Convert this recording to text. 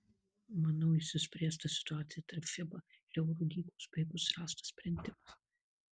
manau išsispręs ta situacija tarp fiba ir eurolygos bei bus rastas sprendimas